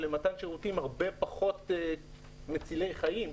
למתן שירותים הרבה פחות מצילי חיים.